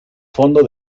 fondo